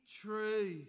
true